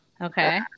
Okay